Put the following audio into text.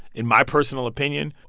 in my personal opinion.